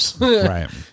Right